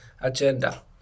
agenda